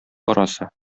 арасы